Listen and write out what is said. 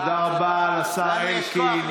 תודה רבה לשר אלקין.